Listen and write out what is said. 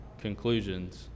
conclusions